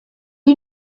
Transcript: you